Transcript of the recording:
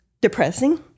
depressing